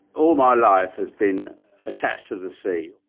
all my life has been attached to the sea.